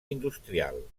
industrial